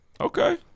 Okay